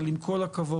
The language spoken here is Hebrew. אבל עם כל הכבוד,